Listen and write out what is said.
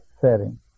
setting